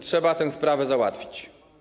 Trzeba tę sprawę załatwić.